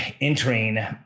entering